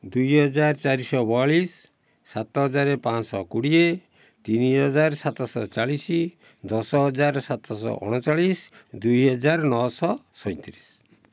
ଦୁଇ ହଜାର ଚାରି ଶହ ବୟାଳିଶ ସାତ ହଜାର ପାଞ୍ଚଶହ କୋଡ଼ିଏ ତିନି ହଜାର ସାତ ଶହ ଚାଳିଶ ଦଶ ହଜାର ସାତ ଶହ ଅଣଚାଳିଶ ଦୁଇ ହଜାର ନଅ ଶହ ସଇଁତିରିଶ